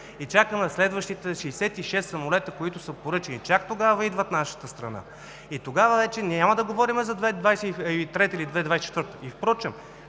чакаме следващите 66 самолета, които са поръчани и чак тогава идва нашата страна. Тогава вече няма да говорим за 2023 или 2024 г. Впрочем